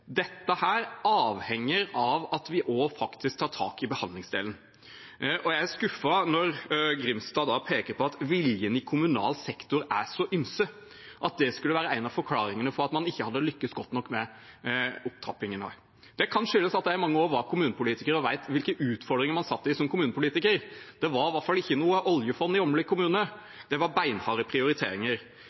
behandlingsdelen. Jeg er skuffet når Grimstad peker på at viljen i kommunal sektor er så ymse, at det skulle være en av forklaringene på at man ikke har lyktes godt nok med opptrappingen her. Det kan skyldes at jeg i mange år var kommunepolitiker og vet hvilke utfordringer man satt i som kommunepolitiker. Det var i hvert fall ikke noe oljefond i Åmli kommune. Det var beinharde prioriteringer.